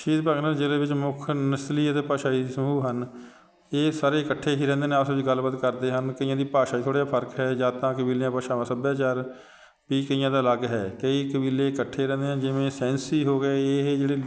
ਸ਼ਹੀਦ ਭਗਤ ਜ਼ਿਲ੍ਹੇ ਵਿੱਚ ਮੁੱਖ ਨਸਲੀ ਅਤੇ ਭਾਸ਼ਾਈ ਸਮੂਹ ਹਨ ਇਹ ਸਾਰੇ ਇਕੱਠੇ ਹੀ ਰਹਿੰਦੇ ਨੇ ਆਪਸ ਵਿੱਚ ਗੱਲਬਾਤ ਕਰਦੇ ਹਨ ਕਈਆਂ ਦੀ ਭਾਸ਼ਾ 'ਚ ਥੋੜ੍ਹਾ ਜਿਹਾ ਫਰਕ ਹੈ ਜਾਤਾਂ ਕਬੀਲਿਆਂ ਭਾਸ਼ਾਵਾਂ ਸੱਭਿਆਚਾਰ ਵੀ ਕਈਆਂ ਦਾ ਅਲੱਗ ਹੈ ਕਈ ਕਬੀਲੇ ਇਕੱਠੇ ਰਹਿੰਦੇ ਹੈ ਜਿਵੇਂ ਸੈਂਸੀ ਹੋ ਗਏ ਇਹ ਜਿਹੜੇ